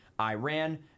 Iran